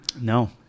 No